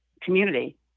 community